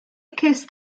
cest